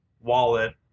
wallet